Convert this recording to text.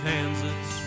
Kansas